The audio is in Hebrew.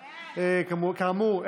כאמור,